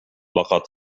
لقد